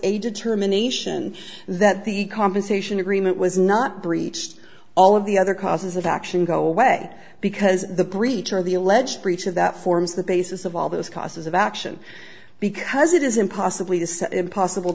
a determination that the compensation agreement was not breached all of the other causes of action go away because the breach or the alleged breach of that forms the basis of all those causes of action because it is impossibly impossible